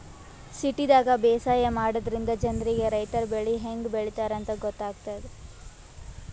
ಸಿಟಿದಾಗ್ ಬೇಸಾಯ ಮಾಡದ್ರಿನ್ದ ಜನ್ರಿಗ್ ರೈತರ್ ಬೆಳಿ ಹೆಂಗ್ ಬೆಳಿತಾರ್ ಅಂತ್ ಗೊತ್ತಾಗ್ತದ್